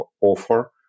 offer